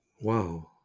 Wow